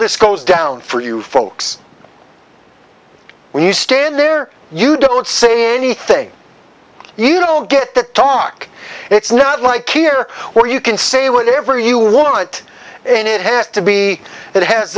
this goes down for you folks when you stand there you don't say anything you don't get to talk it's not like here where you can say whatever you want and it has to be it has